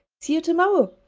see you tomorrow.